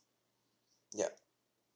yup